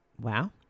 Wow